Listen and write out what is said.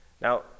Now